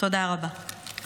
תודה רבה.